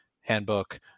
handbook